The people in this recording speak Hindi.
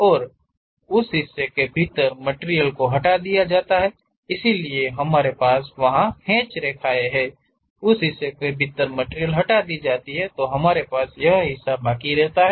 और उस हिस्से के भीतर मटिरियल को हटा दिया जाता है इसलिए हमारे पास उन हैच रेखाएं हैं उस हिस्से के भीतर मटिरियल हटा दी जाती है तो हमारे पास यह हिस्सा है